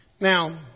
Now